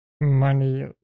money